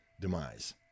demise